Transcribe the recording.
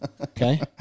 Okay